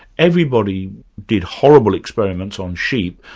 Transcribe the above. everybody did horrible experiments on sheep,